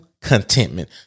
contentment